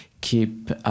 keep